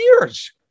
years